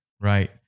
Right